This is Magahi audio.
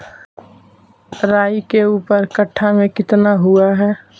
राई के ऊपर कट्ठा में कितना हुआ है?